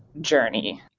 journey